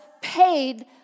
paid